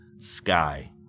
sky